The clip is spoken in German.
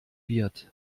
wird